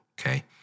okay